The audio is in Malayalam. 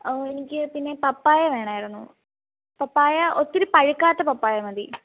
ആ എനിക്ക് പിന്നെ പപ്പായ വേണമായിരുന്നു പപ്പായ ഒത്തിരി പഴുക്കാത്ത പപ്പായ മതി